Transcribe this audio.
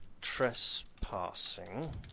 trespassing